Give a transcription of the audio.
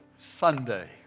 Sunday